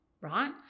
right